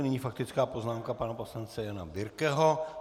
Nyní faktická poznámka pana poslance Jana Birkeho.